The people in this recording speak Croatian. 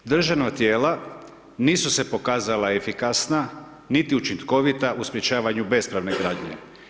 Državna tijela nisu se pokazala efikasna, niti učinkovita u sprečavanju bespravne gradnje.